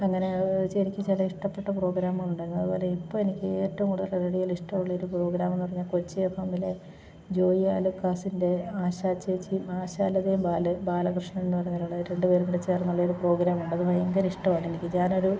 അങ്ങനെ എനിക്ക് ചില ഇഷ്ടപ്പെട്ട പ്രോഗ്രാമുകളുണ്ടായിരുന്നു അതു പോലെ ഇപ്പം എനിക്ക് ഏറ്റവും കൂടുതൽ റേഡിയോയിലിഷ്ടമുള്ളൊരു പ്രോഗ്രാമെന്നു പറഞ്ഞാൽ കൊച്ചി എഫ് എമ്മിലെ ജോയി ആലുക്കാസിൻ്റെ ആശാ ചേച്ചി ആശാലതയും ബാല ബാലകൃഷ്ണനെന്നു പറയുന്നൊരാൾ രണ്ടു പേരും കൂടി ചേർന്നുള്ളയൊരു പ്രോഗ്രാമുണ്ടത് ഭയങ്കര ഇഷ്ടമാണ് എനിക്ക് ഞാനൊരു